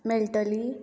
मेळटली